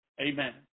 Amen